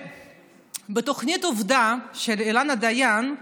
בתוכנית עובדה של אילנה דיין,